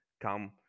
come